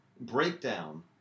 breakdown